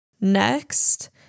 next